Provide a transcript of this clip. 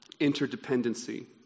interdependency